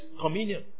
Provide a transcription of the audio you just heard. communion